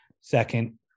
second